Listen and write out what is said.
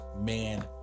man